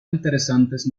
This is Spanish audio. interesantes